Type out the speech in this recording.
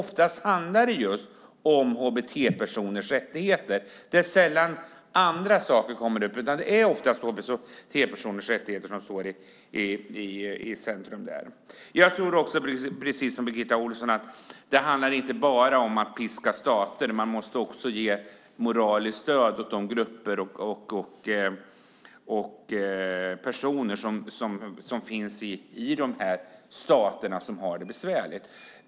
Oftast handlar det om just hbt-personers rättigheter. Det är sällan andra saker som kommer upp. Precis som Birgitta Ohlsson tror jag att det inte bara handlar om att piska stater, utan man måste också ge moraliskt stöd till de grupper och personer som finns i de länder som har det besvärligt.